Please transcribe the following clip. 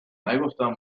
نگفتم